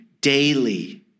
daily